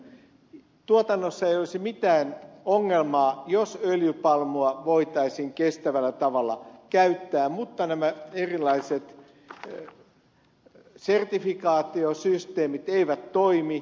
tuotannossa ei olisi mitään ongelmaa jos öljypalmua voitaisiin kestävällä tavalla käyttää mutta nämä erilaiset sertifikaatiosysteemit eivät toimi